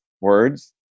Words